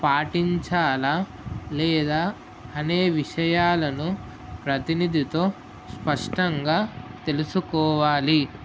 పాటించాలా లేదా అనే విషయాలను ప్రతినిధితో స్పష్టంగా తెలుసుకోవాలి